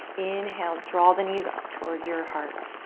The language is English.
inhale, draw the knees up toward your heart.